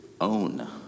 own